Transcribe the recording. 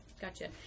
gotcha